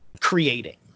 creating